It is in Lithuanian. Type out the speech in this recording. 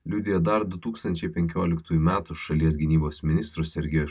liudija dar du tūkstančiai penkioliktųjų metų šalies gynybos ministrų sergejus